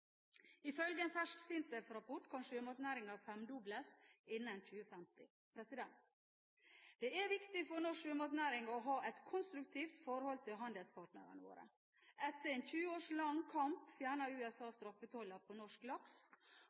Ifølge en fersk SINTEF-rapport kan sjømatnæringen femdobles innen 2050. Det er viktig for norsk sjømatnæring å ha et konstruktivt forhold til handelspartnerne våre. Etter en 20 års lang kamp fjernet USA straffetollen på norsk laks,